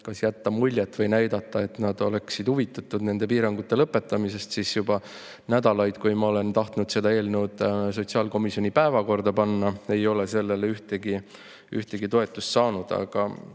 jätta muljet, et nad oleksid huvitatud nende piirangute lõpetamisest, siis juba nädalaid, kui ma olen tahtnud seda eelnõu sotsiaalkomisjoni päevakorda panna, ei ole ma sellele toetust saanud. Aga